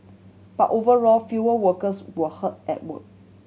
but overall fewer workers were hurt at work